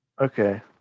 Okay